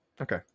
okay